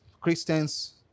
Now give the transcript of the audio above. Christians